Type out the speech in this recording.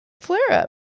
flare-up